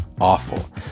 awful